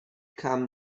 kam